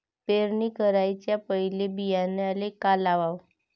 पेरणी कराच्या पयले बियान्याले का लावाव?